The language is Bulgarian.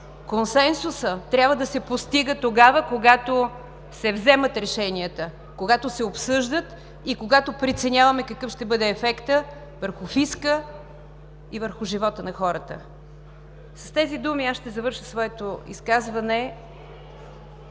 Консенсусът трябва да се постига тогава, когато се вземат решенията, когато се обсъждат и когато преценяваме какъв ще бъде ефектът върху фиска и върху живота на хората. С тези думи ще завърша своето изказване